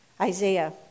Isaiah